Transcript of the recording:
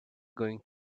going